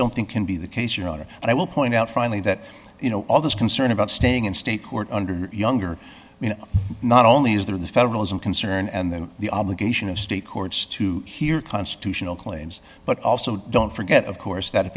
don't think can be the case you know it and i will point out finally that you know all this concern about staying in state court under younger not only is there the federalism concern and then the obligation of state courts to hear constitutional claims but also don't forget of course that at